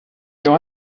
you